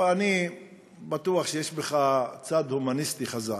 אבל אני בטוח שיש בך צד הומני חזק,